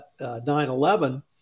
9-11